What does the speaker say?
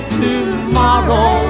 tomorrow